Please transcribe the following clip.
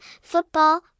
football